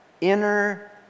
inner